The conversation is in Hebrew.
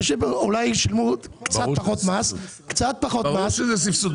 אנשים אולי שילמו קצת פחות מס --- ברור שזה סבסוד.